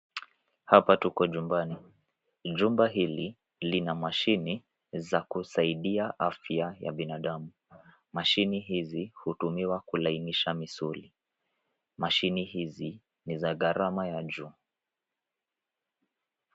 Hapa tuko nyumbani. Jumba hili lina mashine za kusaidia afya ya binadamu. Mashine hizi hutumiwa kulainisha misuli. Mashine hizi ni za gharama ya juu.